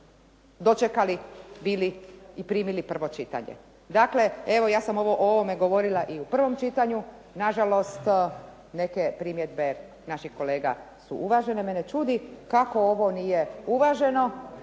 dočekali bili i primili prvo čitanje. Dakle, evo ja sam o ovome govorila i u prvom čitanju. Nažalost, neke primjedbe naših kolega su uvažene. Mene čudi kako ovo nije uvaženo,